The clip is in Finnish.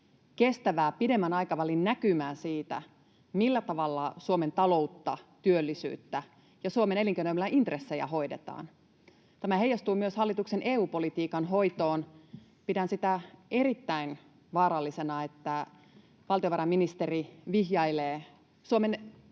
kestävää, pidemmän aikavälin näkymää siitä, millä tavalla Suomen taloutta, työllisyyttä ja Suomen elinkeinoelämän intressejä hoidetaan. Tämä heijastuu myös hallituksen EU-politiikan hoitoon. Pidän sitä erittäin vaarallisena, että valtiovarainministeri vihjailee Suomen